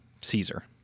Caesar